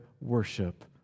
worship